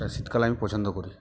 তা শীতকালে আমি পছন্দ করি